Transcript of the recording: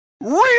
Real